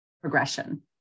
progression